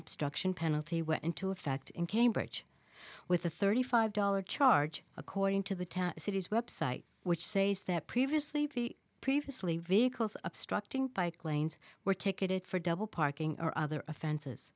obstruction penalty went into effect in cambridge with a thirty five dollars charge according to the city's website which sais that previously previously vehicles obstructing bike lanes were ticketed for double parking or other offenses